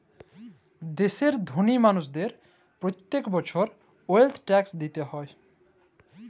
দ্যাশের ধলি মালুসদের প্যত্তেক বসর ওয়েলথ ট্যাক্স দিতে হ্যয়